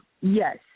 Yes